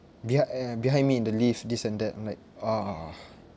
behind e~ behind me in the lift this and that and like ugh